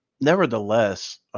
nevertheless